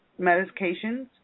medications